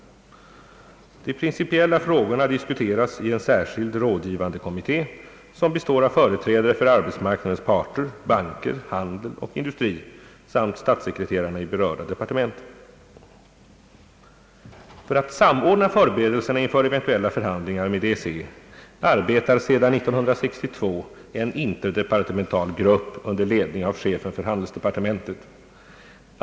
De principiella frågorna diskuteras i en särskild rådgivande kommitté som består av företrädare för arbetsmarknadens parter, banker, handel och industri samt statssekreterarna i berörda departement. För att samordna förberedelserna inför eventuella förhandlingar med EEC arbetar sedan 1962 en interdepartemental grupp under ledning av chefen för handelsdepartementet.